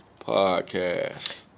podcast